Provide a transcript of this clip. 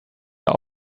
are